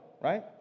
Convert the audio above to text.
right